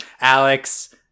alex